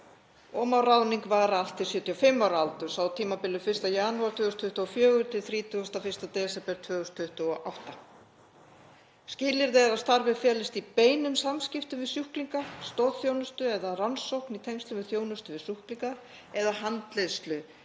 má ráðning vara allt til 75 ára aldurs á tímabilinu 1. janúar 2024 til 31. desember 2028. Skilyrði er að starfið felist í beinum samskiptum við sjúklinga, stoðþjónustu eða rannsókn í tengslum við þjónustu við sjúklinga eða handleiðslu